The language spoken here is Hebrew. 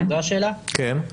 כן.